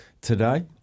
today